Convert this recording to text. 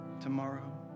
tomorrow